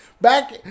back